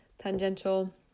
tangential